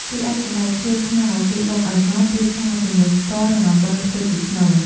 រីឯសណ្ដែកខៀវស្ងោរ គេបុកឱ្យម៉ដ្ឋ រួចឆាជាមួយស្ករ និងអំបិលធ្វើជាស្នូល។